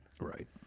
Right